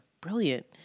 brilliant